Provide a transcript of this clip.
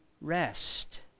rest